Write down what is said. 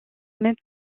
même